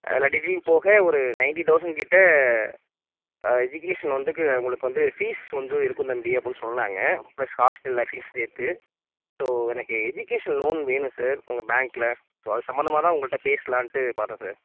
எல்லா டீட்டெயிலும் போக ஒரு நைன்ட்டி தௌசண்ட் கிட்டே எஜுகேஷன் வந்துக்கு உங்களுக்கு வந்து ஃபீஸ் வந்து இருக்கும் தம்பி அப்புடின்னு சொன்னாங்க ப்ளஸ் ஹாஸ்ட்டல் எல்லா ஃபீஸும் சேர்த்து ஸோ எனக்கு எஜுகேஷ்னல் லோன் வேணும் சார் உங்க பேங்க்கில் ஸோ அது சம்பந்தமாக தான் உங்கள்ட்ட பேசலான்ட்டு பார்த்தேன் சார்